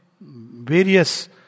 various